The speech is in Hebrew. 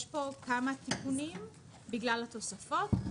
יש פה כמה תיקונים בגלל התוספות,